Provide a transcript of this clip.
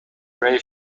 ray